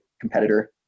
competitor